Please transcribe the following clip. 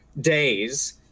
days